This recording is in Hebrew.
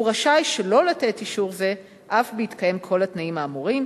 והוא רשאי שלא לתת אישור זה אף בהתקיים כל התנאים האמורים,